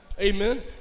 Amen